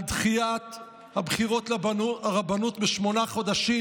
על דחיית הבחירות לרבנות בשמונה חודשים,